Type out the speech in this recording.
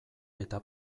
eta